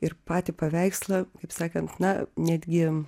ir patį paveikslą kaip sakant na netgi